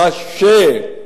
קשה,